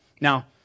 Now